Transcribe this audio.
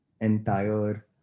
entire